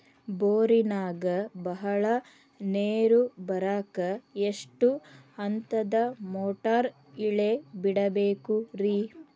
ಬೋರಿನಾಗ ಬಹಳ ನೇರು ಬರಾಕ ಎಷ್ಟು ಹಂತದ ಮೋಟಾರ್ ಇಳೆ ಬಿಡಬೇಕು ರಿ?